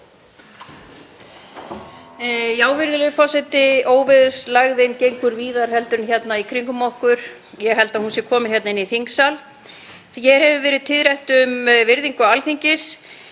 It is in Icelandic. Virðulegur forseti. Óveðurslægðin gengur víðar en hérna í kringum okkur. Ég held að hún sé komin inn í þingsal. Hér hefur verið tíðrætt um virðingu Alþingis.